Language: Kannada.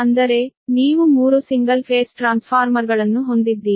ಅಂದರೆ ನೀವು 3 ಸಿಂಗಲ್ ಫೇಸ್ ಟ್ರಾನ್ಸ್ಫಾರ್ಮರ್ಗಳನ್ನು ಹೊಂದಿದ್ದೀರಿ